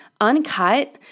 uncut